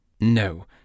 No